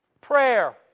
prayer